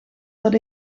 dat